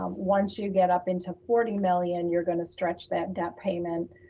um once you get up into forty million, you're gonna stretch that debt payment,